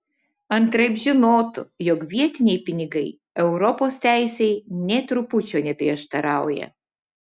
antraip žinotų jog vietiniai pinigai europos teisei nė trupučio neprieštarauja